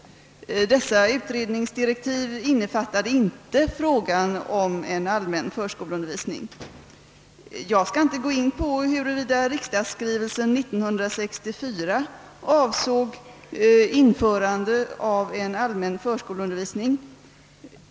Dessa utredningsdirektiv innefattade inte frågan om en allmän förskoleundervisning. Jag skall inte gå in på huruvida riksdagsskrivelsen 1964 avsåg »införande av en allmän förskoleundervisning».